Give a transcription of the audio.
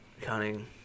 Cunning